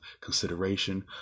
consideration